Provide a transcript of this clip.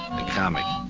comic.